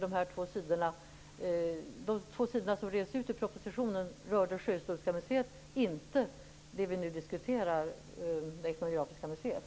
De två sidor som revs ut ur propositionen rörde Sjöhistoriska museet, inte det vi nu diskuterar, Etnografiska museet.